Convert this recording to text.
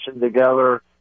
together